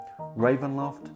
Ravenloft